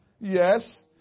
Yes